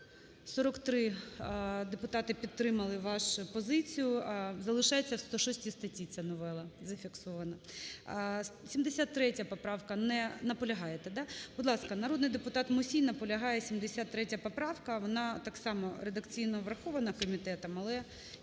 43 депутати підтримали вашу позицію. Залишається в 106 статті ця новела зафіксована. 73 поправка, наполягаєте, да? Будь ласка, народний депутат Мусій наполягає. 73 поправка - вона так само редакційно врахована комітетом, але